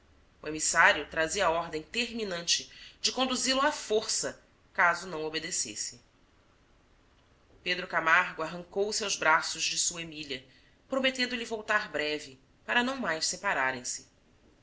o emissário trazia ordem terminante de conduzi lo à força caso não obedecesse pedro camargo arrancou se aos braços de sua emília prometendo lhe voltar breve para não mais separarem se